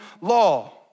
law